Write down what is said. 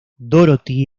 dorothy